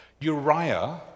Uriah